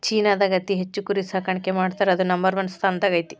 ಚೇನಾದಾಗ ಅತಿ ಹೆಚ್ಚ್ ಕುರಿ ಸಾಕಾಣಿಕೆ ಮಾಡ್ತಾರಾ ಅದು ನಂಬರ್ ಒನ್ ಸ್ಥಾನದಾಗ ಐತಿ